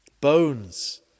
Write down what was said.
Bones